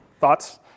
Thoughts